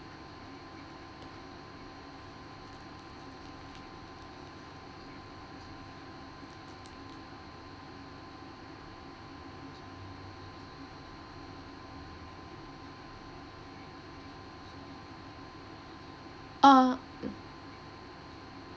uh